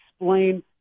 explain